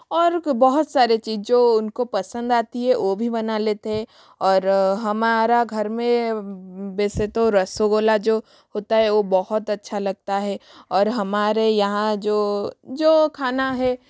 और बहुत सारे चीज जो उनको पसंद आती है ओ भी बना लेते हैं और हमारा घर में वैसे तो रसगुल्ला जो होता है वो बहुत अच्छा लगता है और हमारे यहाँ जो जो खाना है